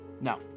No